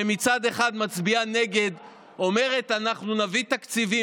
שמצד אחד מצביעה נגד ואומרת, אנחנו נביא תקציבים.